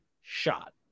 shot